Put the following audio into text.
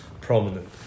prominent